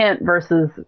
versus